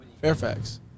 Fairfax